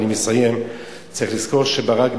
ואני מסיים: צריך לזכור שברק,